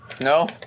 No